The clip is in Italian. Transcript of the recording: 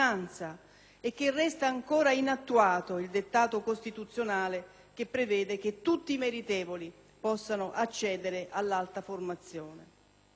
e che resta ancora inattuato il dettato costituzionale che prevede che tutti i meritevoli possano accedere all'alta formazione.